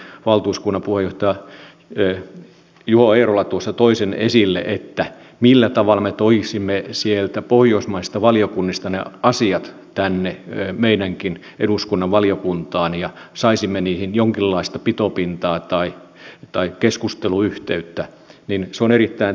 kuten nykyinen valtuuskunnan puheenjohtaja juho eerola tuossa toi sen esille se millä tavalla me toisimme sieltä pohjoismaisista valiokunnista ne asiat tänne meidänkin eduskunnan valiokuntiin ja saisimme niihin jonkinlaista pitopintaa tai keskusteluyhteyttä on erittäin tärkeää